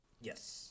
Yes